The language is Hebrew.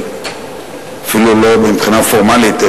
אפילו מבחינה פורמלית,